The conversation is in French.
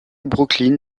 brooklyn